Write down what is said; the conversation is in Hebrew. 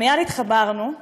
ומייד התחברנו,